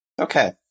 Okay